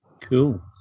cool